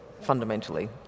fundamentally